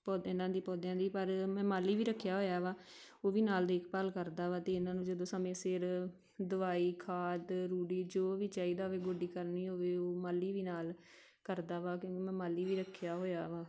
ਪੌ ਇਹਨਾਂ ਦੀ ਪੌਦਿਆਂ ਦੀ ਪਰ ਮੈਂ ਮਾਲੀ ਵੀ ਰੱਖਿਆ ਹੋਇਆ ਵਾ ਉਹ ਵੀ ਨਾਲ ਦੇਖਭਾਲ ਕਰਦਾ ਵਾ ਅਤੇ ਇਹਨਾਂ ਨੂੰ ਜਦੋਂ ਸਮੇਂ ਸਿਰ ਦਵਾਈ ਖਾਦ ਰੂੜੀ ਜੋ ਵੀ ਚਾਹੀਦਾ ਹੋਵੇ ਗੋਡੀ ਕਰਨੀ ਹੋਵੇ ਉਹ ਮਾਲੀ ਵੀ ਨਾਲ ਕਰਦਾ ਵਾ ਕਿ ਮੈਂ ਮਾਲੀ ਵੀ ਰੱਖਿਆ ਹੋਇਆ ਵਾ